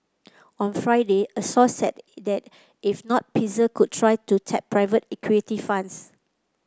on Friday a source said that if not Pfizer could try to tap private equity funds